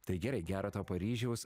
tai gerai gero tau paryžiaus